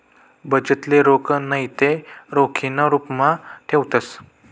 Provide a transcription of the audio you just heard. बचतले रोख नैते रोखीना रुपमा ठेवतंस